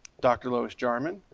dr. louis jarman,